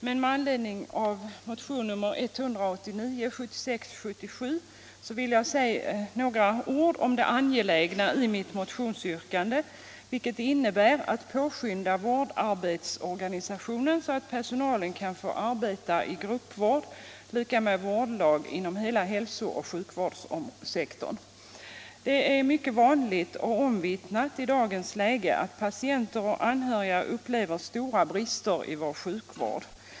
Men med anledning av motionen 1976/77:189 vill jag säga några ord om det angelägna i mitt motionsyrkande, vilket innebär att man skall påskynda vårdarbetsorganisationen så att personalen skall få arbeta i gruppvård, dvs. vårdlag, inom hela hälsooch sjukvårdssektorn. Det är mycket vanligt och omvittnat i dagens läge att patienter och anhöriga upplever stora brister i vår sjukvård.